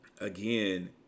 again